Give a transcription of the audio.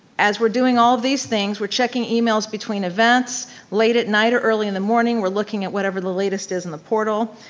as we're doing all of these things, we're checking emails between events late at night or early in the morning. we're looking at whatever the latest is in the portal.